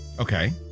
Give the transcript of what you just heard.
Okay